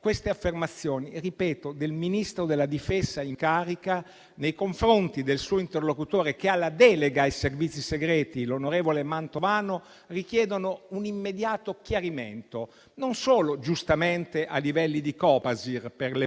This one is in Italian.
queste affermazioni del Ministro della difesa in carica nei confronti del suo interlocutore, che ha la delega ai servizi segreti, l'onorevole Mantovano, richiedono un immediato chiarimento, non solo, giustamente, a livello di Copasir, per le